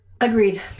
Agreed